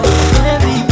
Baby